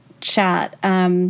chat